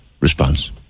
response